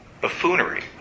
Buffoonery